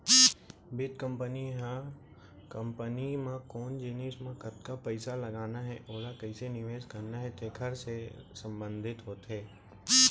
बित्त कंपनी ह कंपनी म कोन जिनिस म कतका पइसा लगाना हे ओला कइसे निवेस करना हे तेकर ले संबंधित होथे